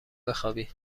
بخوابی